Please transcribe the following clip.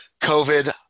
COVID